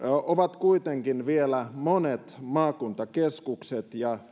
ovat kuitenkin vielä monet maakuntakeskukset ja